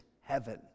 heaven